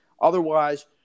Otherwise